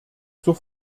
zur